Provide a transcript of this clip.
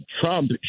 Trump